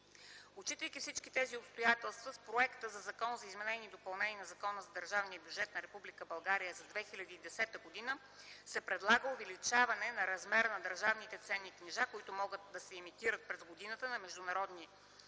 Отчитайки всички тези обстоятелства, с Проекта на закон за изменение и допълнение на Закона за държавния бюджет на Република България за 2010 г. се предлага увеличаване размера на държавните ценни книжа, които могат да се емитират през годината на международните